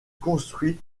construits